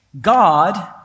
God